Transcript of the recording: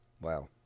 Wow